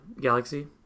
galaxy